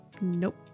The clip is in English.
Nope